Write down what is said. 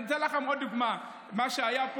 אני זה שהרגשתי ולא אתה.